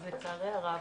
אז לצערי הרב,